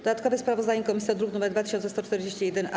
Dodatkowe sprawozdanie komisji to druk nr 2141-A.